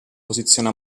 posizione